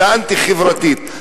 אלא אנטי-חברתית.